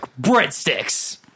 breadsticks